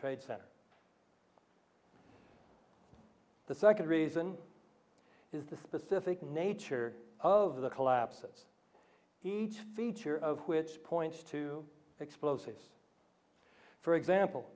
trade center the second reason is the specific nature of the collapse of each feature of which points to explosives for example